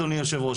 אדוני היושב-ראש,